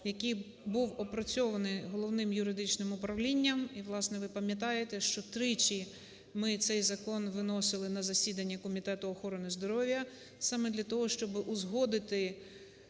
який був опрацьований Головним юридичним управлінням. І, власне, ви пам'ятаєте, що тричі ми цей закон виносили на засідання Комітету охорони здоров'я саме для того, щоби узгодити